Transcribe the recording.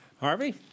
Harvey